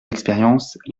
d’expérience